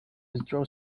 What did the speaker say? withdraw